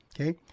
okay